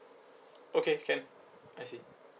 okay can I see